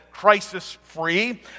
crisis-free